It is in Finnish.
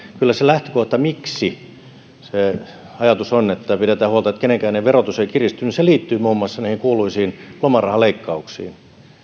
kyllä se lähtökohta miksi se ajatus että pidetään huolta että kenenkään verotus ei kiristy liittyy muun muassa niihin kuuluisiin lomarahaleikkauksiin